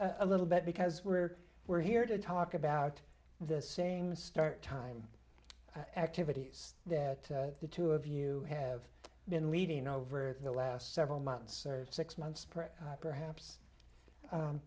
s a little bit because we're we're here to talk about the same start time activities that the two of you have been leading over the last several months or six months perhaps